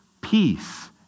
Peace